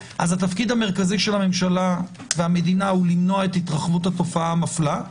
התפקיד המרכזי של הממשלה ושל המדינה הוא למנוע את התרחבות התופעה המפלה,